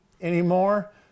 anymore